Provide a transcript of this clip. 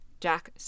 Jack